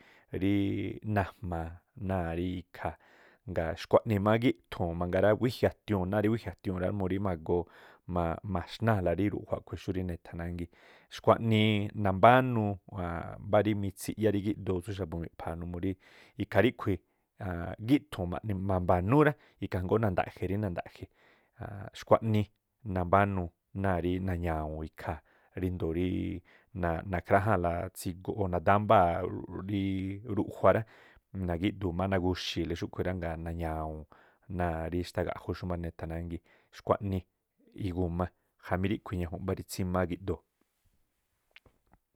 Rííꞌ najmaa náa̱ rí ikha, ngaa̱ xkua̱ꞌnii má gíꞌthu̱u̱n mangaa rá, wíji̱ a̱tiuu̱n ná̱a rí wíji̱ a̱tiuu̱n rá murí magoo maxnáa̱la rí ruꞌjua a̱ꞌkhui̱ xú rí ne̱tha̱ nangíi̱. Xkhuaꞌnii nambánuu mbá rí mitsiꞌyá ri gídoo xa̱bu̱ miꞌpha̱a̱ numuu rí ikhaa ríꞌkhui̱ maꞌni ma̱mba̱núú rá. ikhaa jngóó nanda̱ꞌje rí nanda̱je xkhua̱ꞌnii nambánuu ná̱a̱ rí naña̱wu̱u̱n ikhaa̱ ríndoo̱ rí nakhráꞌjáa̱nla tsiguꞌ o̱ na dámbáa̱ ríí ruꞌjua̱ rá, nagíꞌdu̱u̱ má nagu̱xi̱i̱li xúꞌkhui̱. Ngaa̱ nañawu̱u̱n náa̱ rí xtagaꞌju xúmá rí ne̱tha̱ nángii̱. Xkhua̱ꞌnii igu̱ma jamí ríꞌkhu̱ ñajuunꞌ mbá rí tsímáá gíꞌdoo̱.